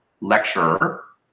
lecturer